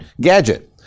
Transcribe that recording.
gadget